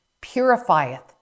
purifieth